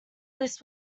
this